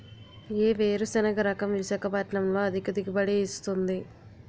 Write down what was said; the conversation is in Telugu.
ఏ వేరుసెనగ రకం విశాఖపట్నం లో అధిక దిగుబడి ఇస్తుంది?